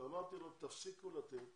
ואמרתי לו: תפסיקו לתת